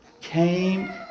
came